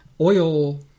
oil